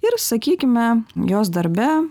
ir sakykime jos darbe